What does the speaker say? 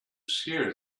shear